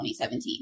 2017